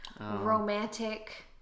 romantic